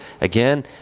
again